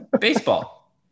baseball